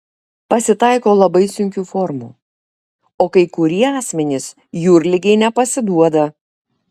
pasitaiko labai sunkių formų o kai kurie asmenys jūrligei nepasiduoda